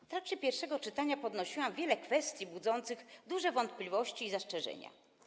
W trakcie pierwszego czytania poruszyłam wiele kwestii budzących duże wątpliwości i zastrzeżenia.